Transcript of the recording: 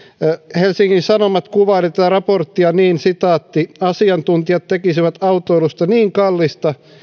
helsingin sanomat kuvaili tätä raporttia niin että asiantuntijat tekisivät autoilusta niin kallista